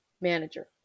Manager